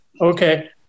Okay